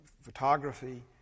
photography